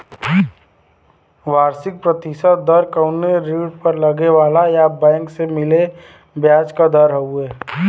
वार्षिक प्रतिशत दर कउनो ऋण पर लगे वाला या बैंक से मिले ब्याज क दर हउवे